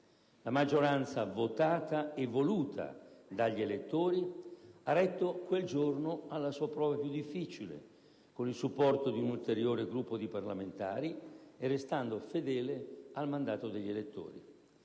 La maggioranza votata e voluta dagli elettori ha retto quel giorno alla sua prova più difficile, con il supporto di un ulteriore gruppo di parlamentari e restando fedele al mandato degli elettori.